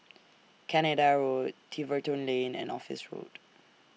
Canada Road Tiverton Lane and Office Road